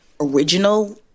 original